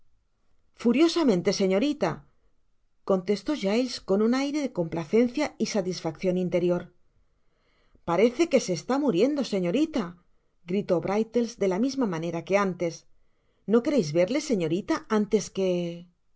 furiosamente señorita contestó giles con un aire de complacencia y satisfaccion interior parece que se está muriendo señorita gritó brittles de la misma manera que antesno quereis verle señorita antes que